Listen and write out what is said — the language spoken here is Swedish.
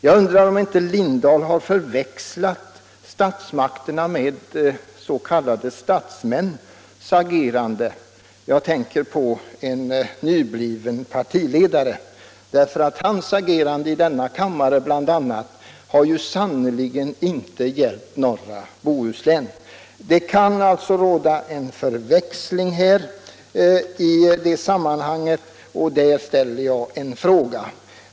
Jag undrar om inte herr Lindahl har förväxlat statsmakternas med s.k. statsmäns agerande. Jag tänker på en nybliven partiledare. Hans agerande bl.a. i denna kammare har sannerligen inte hjälpt norra Bohuslän. Det kan alltså här föreligga en förväxling, och på den punkten ställer jag en fråga.